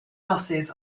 losses